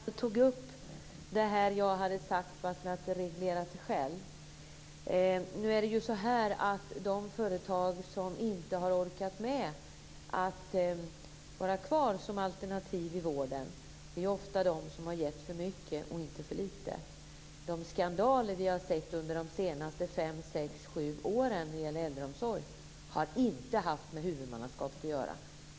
Herr talman! Gudrun Lindvall tog upp det jag sagt om att det reglerar sig självt. Nu är det så här att de företag som inte har orkat med att vara kvar som alternativ i vården är ofta de som har gett för mycket och inte för lite. De skandaler inom äldreomsorg som vi har sett under de senaste fem sex sju åren har inte haft med huvudmannaskapet att göra.